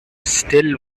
still